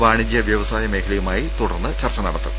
വാണിജ്യ വൃവസായ മേഖലയുമായി തുടർന്ന് ചർച്ച നടത്തും